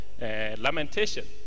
lamentation